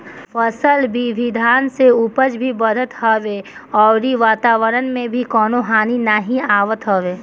फसल विविधता से उपज भी बढ़त हवे अउरी वातवरण के भी कवनो हानि नाइ होत हवे